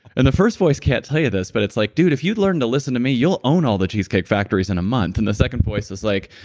and the first voice can't tell you this, but it's like, dude, if you learned to listen to me you'll own all the cheesecake factory's in a month, and the second voice is like,